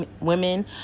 women